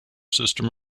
system